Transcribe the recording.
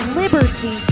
liberty